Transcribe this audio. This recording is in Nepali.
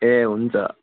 ए हुन्छ